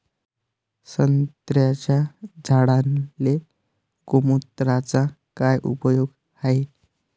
संत्र्याच्या झाडांले गोमूत्राचा काय उपयोग हाये?